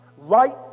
Right